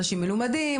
אנשים מלומדים,